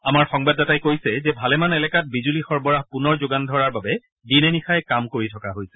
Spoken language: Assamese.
আমাৰ সংবাদদাতাই কৈছে যে ভালেমান এলেকাত বিজুলী সৰবৰাহ পুনৰ যোগান ধৰাৰ বাবে দিনে নিশাই কাম কৰি থকা হৈছে